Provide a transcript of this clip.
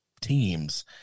teams